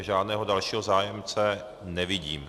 Žádného dalšího zájemce nevidím.